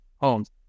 homes